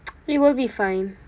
you will be fine